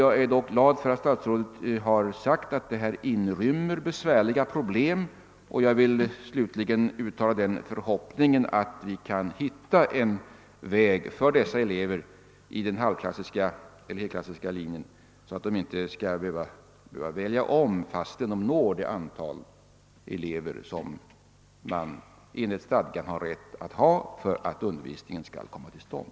Jag är glad att statsrådet sagt att detta inrymmer besvärliga problem, och jag vill slutligen uttala förhoppningen att vi kan hitta en väg för att dessa elever i den halvklassiska eller heiklassiska linjen inte skall behöva välja om i de fall då så stort antal elever anmält sig som enligt stadgan behövs för att undervisningen skall komma till stånd.